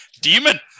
demon